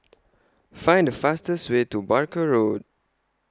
Find The fastest Way to Barker Road